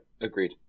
agreed